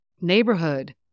neighborhood